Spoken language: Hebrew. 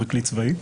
פרקליט צבאי.